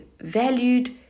valued